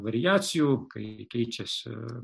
variacijų kai keičiasi